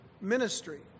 ministry